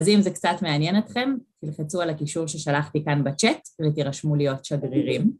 אז אם זה קצת מעניין אתכם, תלחצו על הקישור ששלחתי כאן בצ'אט ותירשמו להיות שדרירים.